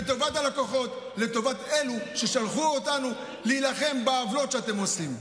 לטובת הלקוחות ולטובת אלו ששלחו אותנו להילחם בעוולות שאתם עושים.